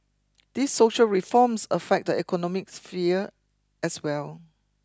these social reforms affect the economic sphere as well